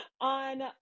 on